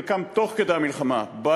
חלקם תוך כדי המלחמה וחלקם אחרי,